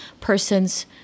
person's